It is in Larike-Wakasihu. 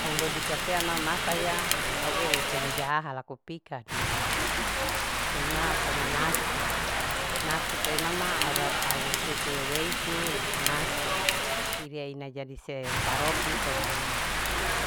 Au lodika pea mamasa ya au eu semejahaha laku pikadu pea ma au tana nasu. nasu pea imama au rabu. au suku weweidu laku nasu iri ine jadi saropu kume